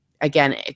again